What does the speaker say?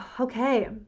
Okay